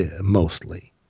mostly